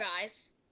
Guys